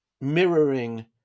mirroring